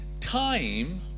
time